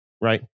right